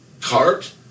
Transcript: cart